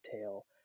tail